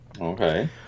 Okay